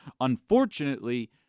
Unfortunately